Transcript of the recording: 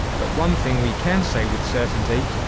but one thing we can say with certainty,